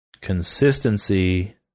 consistency